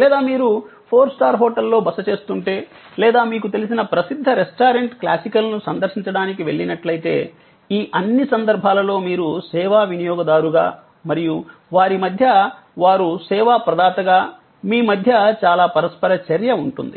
లేదా మీరు four star హోటల్లో బస చేస్తుంటే లేదా మీరు మీకు తెలిసిన ప్రసిద్ధ రెస్టారెంట్ క్లాసికల్ను సందర్శించడానికి వెళ్ళినట్లయితే ఈ అన్ని సందర్భాల్లో మీరు సేవా వినియోగదారుగా మరియు వారి మధ్య వారు సేవా ప్రదాతగా మీ మధ్య చాలా పరస్పర చర్య ఉంటుంది